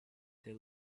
they